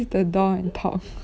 the door and talk